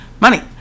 money